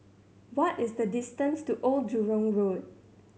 what is the distance to Old Jurong Road